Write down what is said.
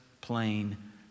plain